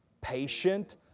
patient